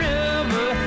River